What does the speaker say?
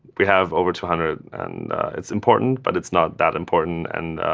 we have over two hundred, and it's important, but it's not that important. and